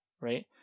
right